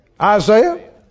Isaiah